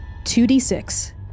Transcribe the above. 2d6